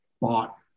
bought